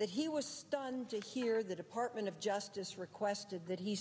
that he was stunned to hear the department of justice requested that he